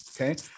Okay